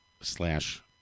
slash